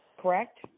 correct